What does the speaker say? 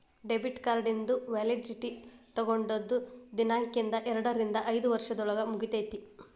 debit ಕಾರ್ಡಿಂದು validity ತೊಗೊಂಡದ್ ದಿನಾಂಕ್ದಿಂದ ಎರಡರಿಂದ ಐದ್ ವರ್ಷದೊಳಗ ಮುಗಿತೈತಿ